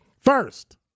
First